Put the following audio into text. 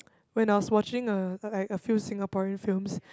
when I was watching a like a few Singaporean films